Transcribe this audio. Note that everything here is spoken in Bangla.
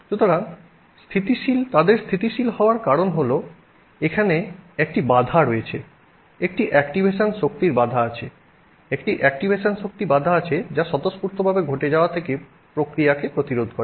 সুতরাং তাদের স্থিতিশীল হওয়ার কারণ হল এখানে একটি বাধা রয়েছে একটি অ্যাক্টিভেশন শক্তির বাধা আছে একটি অ্যাক্টিভেশন শক্তি বাধা আছে যা স্বতঃস্ফূর্তভাবে ঘটে যাওয়া থেকে প্রতিক্রিয়াকে প্রতিরোধ করে